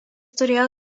turėjo